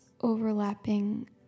Overlapping